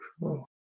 Cool